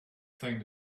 thing